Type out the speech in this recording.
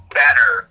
better